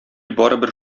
барыбер